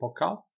Podcast